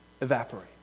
evaporate